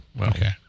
Okay